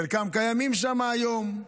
חלקם קיימים שם היום,